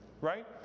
right